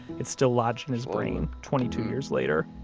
it's still lodged in his brain twenty two years later.